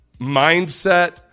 mindset